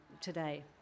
today